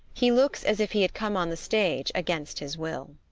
he looks as if he had come on the stage against his will.